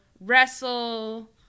wrestle